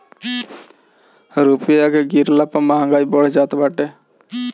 रूपया के गिरला पअ महंगाई बढ़त जात बाटे